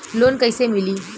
Loan कइसे मिलि?